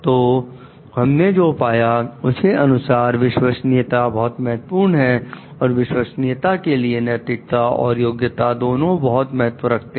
तो हमने जो पाया उसके अनुसार विश्वसनीयता बहुत महत्वपूर्ण है और विश्वसनीयता के लिए नैतिकता और योग्यता दोनों बहुत महत्व रखते हैं